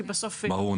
ברור.